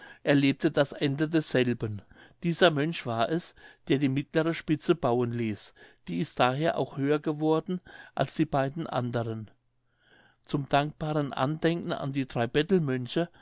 erlebte das ende desselben dieser mönch war es der die mittlere spitze bauen ließ die ist daher auch höher geworden als die beiden anderen zum dankbaren andenken an die drei